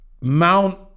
mount